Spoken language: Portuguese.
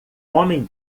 homem